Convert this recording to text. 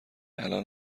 الان